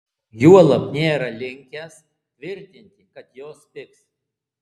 juolab nėra linkęs tvirtinti kad jos pigs